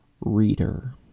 reader